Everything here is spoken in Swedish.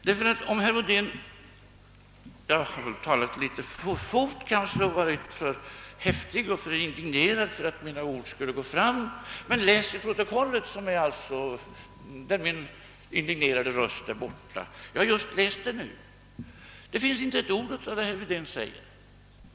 Jag har kanske talat litet för fort och varit litet för häftig och indignerad för att mina ord skulle gå fram, men läs i protokollet, där min idignerade röst är borta! Jag har just läst det, och där finns inte ett ord av vad herr Wedén påstår.